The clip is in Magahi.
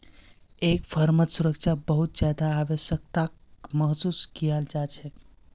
एक फर्मत सुरक्षा बहुत ज्यादा आवश्यकताक महसूस कियाल जा छेक